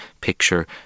picture